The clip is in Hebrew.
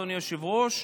אדוני היושב-ראש,